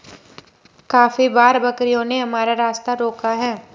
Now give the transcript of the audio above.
काफी बार बकरियों ने हमारा रास्ता रोका है